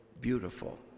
beautiful